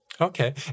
Okay